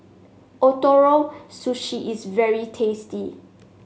Ootoro Sushi is very tasty